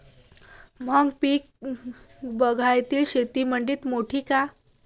मका पीक बागायती शेतीमंदी मोडीन का?